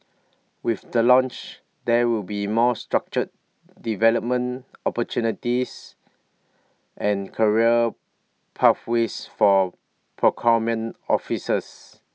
with the launch there will be more structured development opportunities and career pathways for procurement officers